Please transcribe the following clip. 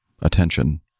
attention